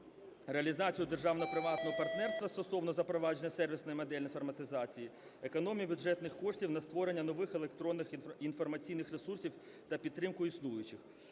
реалізацію державно-приватного партнерства стосовно запровадження сервісної моделі інформатизації, економії бюджетних коштів на створення нових електронних інформаційних ресурсів та підтримку існуючих.